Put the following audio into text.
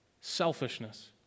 Selfishness